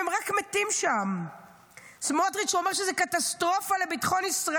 שאם זה היה תלוי בו אביגיל עידן,